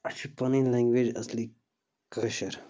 اَسہِ چھِ پنٕنۍ لٮ۪نٛگویج اَصلی کٲشِر